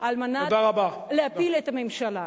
חבר הכנסת דניאל בן-סימון